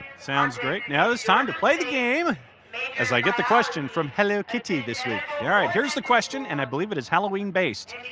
sounds great. now it's time to play the game i mean as i get the question from hello kitty. so yeah and here's the question and i believe it is halloween-based.